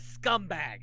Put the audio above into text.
scumbag